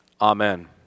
Amen